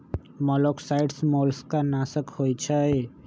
मोलॉक्साइड्स मोलस्का नाशक होइ छइ